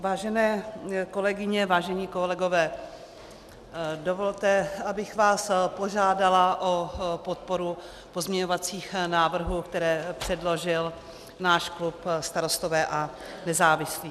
Vážené kolegyně, vážení kolegové, dovolte, abych vás požádala o podporu pozměňovacích návrhů, které předložil náš klub Starostové a nezávislí.